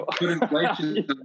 Inflation